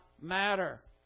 matter